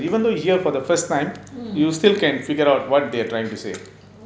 even though you hear for the first time you still can figure out what they are trying to say